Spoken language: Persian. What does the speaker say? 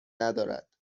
ندارد